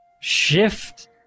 shift